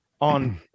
on